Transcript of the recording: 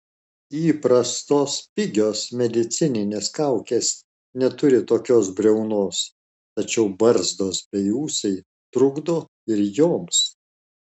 įprastos pigios medicininės kaukės neturi tokios briaunos tačiau barzdos bei ūsai trukdo ir joms